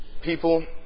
People